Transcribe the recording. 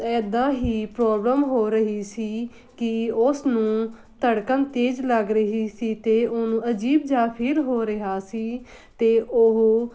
ਇੱਦਾਂ ਹੀ ਪ੍ਰੋਬਲਮ ਹੋ ਰਹੀ ਸੀ ਕਿ ਉਸ ਨੂੰ ਧੜਕਣ ਤੇਜ਼ ਲੱਗ ਰਹੀ ਸੀ ਅਤੇ ਉਹਨੂੰ ਅਜੀਬ ਜਿਹਾ ਫੀਲ ਹੋ ਰਿਹਾ ਸੀ ਅਤੇ ਉਹ